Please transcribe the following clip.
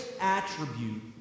attribute